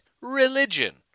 religion